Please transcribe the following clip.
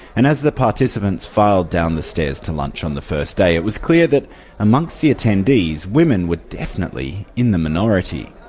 and as the participants filed down the stairs to lunch on the first day, it was clear that among the attendees, women were definitely in the minority.